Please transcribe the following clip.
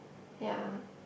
ya